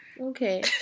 Okay